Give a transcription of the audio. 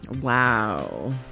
Wow